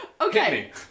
Okay